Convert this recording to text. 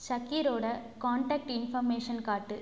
ஷகீரோட contact information காட்டு